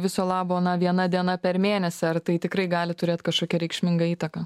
viso labo na viena diena per mėnesį ar tai tikrai gali turėt kažkokią reikšmingą įtaką